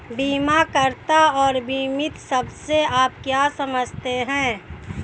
बीमाकर्ता और बीमित शब्द से आप क्या समझते हैं?